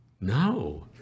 no